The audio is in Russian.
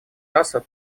асад